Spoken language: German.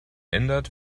ändert